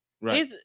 Right